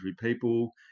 people